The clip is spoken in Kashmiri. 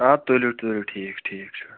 اَدٕ تُلِو تُلِو ٹھیٖک ٹھیٖک چھُ